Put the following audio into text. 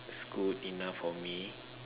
good enough for me